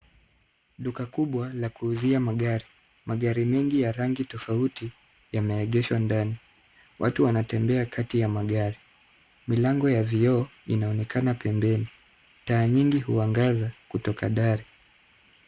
Duka kubwa la kuuzia magari, magari mengi ya rangi tofauti yamegeshwa ndani, watu wanatembea kati ya magari, milango ya vyoo inaonekana pembeni, taa nyingi huangaza kutoka ndani.